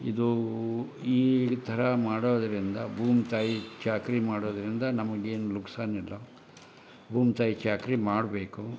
ಇದು ಈ ಥರ ಮಾಡೋದರಿಂದ ಭೂಮಿ ತಾಯಿ ಚಾಕರಿ ಮಾಡೋದರಿಂದ ನಮ್ಗೇನು ನುಕ್ಸಾನ್ ಇಲ್ಲ ಭೂಮಿ ತಾಯಿ ಚಾಕರಿ ಮಾಡಬೇಕು